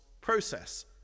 process